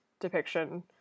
depiction